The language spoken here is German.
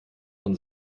von